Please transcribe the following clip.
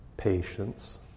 patience